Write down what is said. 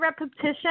repetition